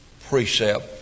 precept